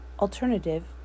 Alternative